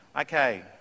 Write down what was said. Okay